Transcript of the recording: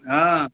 हँ